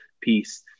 piece